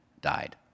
died